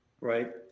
right